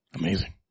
Amazing